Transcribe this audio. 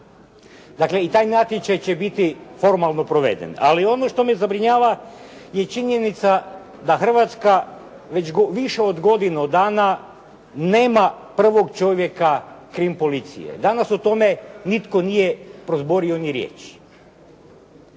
Dakle, i taj natječaj će biti formalno proveden. Ali ono što me zabrinjava je činjenica da Hrvatska već više od godinu dana nema prvog čovjeka Krim policije. Danas o tome nitko nije prozborio ni riječi.